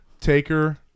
Taker